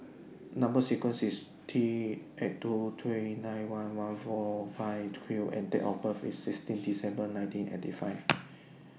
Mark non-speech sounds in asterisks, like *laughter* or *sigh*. Number sequence IS T eight two three nine one one four five Q and Date of birth IS sixteen December nineteen eighty five *noise*